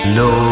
no